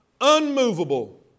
unmovable